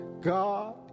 God